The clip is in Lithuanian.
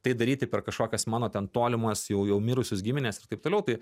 tai daryti per kažkokias mano ten tolimas jau jau mirusius gimines ir taip toliau tai